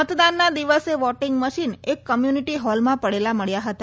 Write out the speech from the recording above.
મતદાનના દિવસે voting machine એક કમ્યુનિટી હોલમાં પડેલા મબ્યા હતા